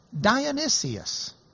Dionysius